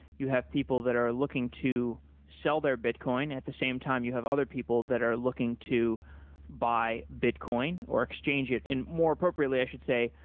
you have people that are looking to sell their bitcoin, at the same time you have other people that are looking to buy bitcoin, or exchange it. and more appropriately i should say,